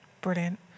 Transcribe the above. Brilliant